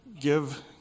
Give